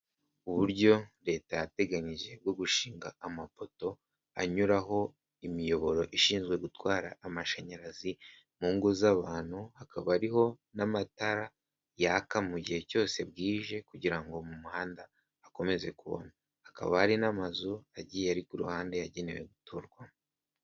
Uburyo leta yateganyije bwo gushinga amapoto anyuraho imiyoboro ishinzwe gutwara amashanyarazi mu ngo, z'abantu hakaba ariho n'amatara yaka, mu gihe cyose bwije kugira ngo mu muhanda akomeze akaba ari n'amazu agiye ari ku ruhande yagenewe gutorwamo.